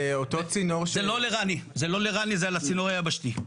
זה לא לרני, זה לא לרני זה לצינור היבשתי.